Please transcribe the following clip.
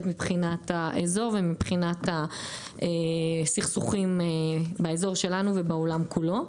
מבחינת האזור ומבחינת הסכסוכים באזור שלנו ובעולם כולו,